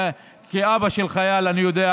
כאבא של חייל אני יודע.